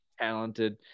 talented